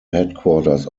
headquarters